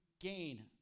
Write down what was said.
gain